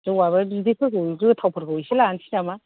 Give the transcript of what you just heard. जौआबो बिदैफोरखौ गोथावफोरखौ एसे लानसै नामा